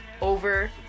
over